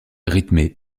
rythmée